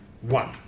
One